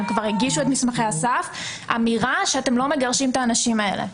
הם כבר הגישו את מסמכי הסף אמירה שאתם לא מגרשים את האנשים האלה.